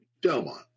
Delmont